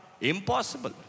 Impossible